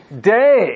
day